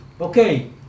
okay